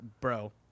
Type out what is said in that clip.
bro